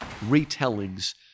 retellings